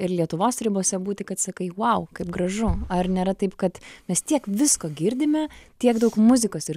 ir lietuvos ribose būti kad sakai vau kaip gražu ar nėra taip kad mes tiek visko girdime tiek daug muzikos ir